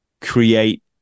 create